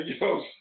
yo